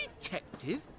detective